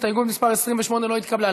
הסתייגות מס' 28 לא התקבלה.